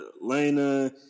Lena